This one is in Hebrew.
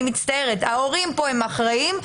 אני מצטערת, ההורים פה הם האחראים.